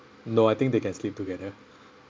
no I think they can sleep together